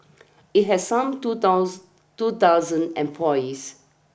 it had some two dose two dozen employees